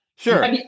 Sure